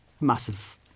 massive